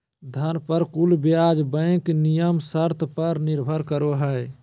धन पर कुल ब्याज बैंक नियम शर्त पर निर्भर करो हइ